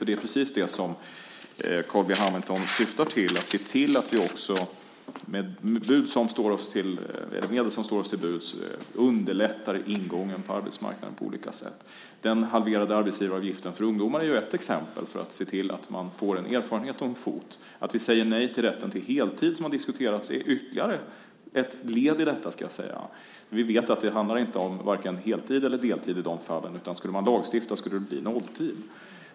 Det är precis det som Carl B Hamilton syftar till, att se till att vi med de medel som står oss till buds underlättar ingången på arbetsmarknaden på olika sätt. Den halverade arbetsgivaravgiften för ungdomar är ett exempel på hur man kan se till att de får erfarenheter och får in en fot. Att vi säger nej till rätten till heltid, som har diskuterats, är ytterligare ett led i detta. Vi vet att det inte handlar om vare sig heltid eller deltid i de fallen, utan skulle man lagstifta blev det nolltid.